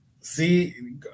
See